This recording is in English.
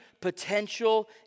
potential